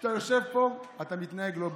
כשאתה יושב פה אתה מתנהג לא בהוגנות.